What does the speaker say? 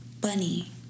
Bunny